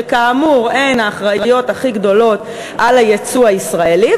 שכאמור הן האחראיות הכי גדולות ליצוא הישראלי,